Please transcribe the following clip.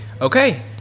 Okay